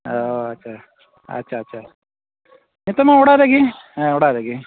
ᱚᱸᱻ ᱟᱪᱷᱟ ᱟᱪᱷᱟ ᱟᱪᱷᱟ ᱱᱤᱛᱚᱜ ᱢᱟ ᱚᱲᱟᱜ ᱨᱮᱜᱮ ᱦᱮᱸ ᱚᱲᱟᱜ ᱨᱮᱜᱮ